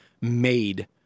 made